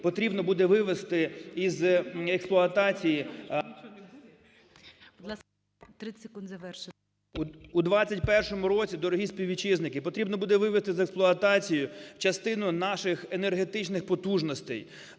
потрібно буде вивести з експлуатації частину наших енергетичних потужностей,